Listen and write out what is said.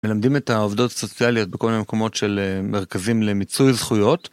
מלמדים את העובדות הסוציאליות בכל מיני מקומות של מרכזים למיצוי זכויות.